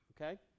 okay